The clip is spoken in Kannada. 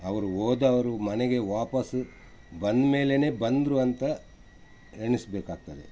ಅವರು ಹೋದವ್ರು ಮನೆಗೆ ವಾಪಸ್ ಬಂದ ಮೇಲೆ ಬಂದರು ಅಂತ ಎಣಿಸಬೇಕಾಗ್ತದೆ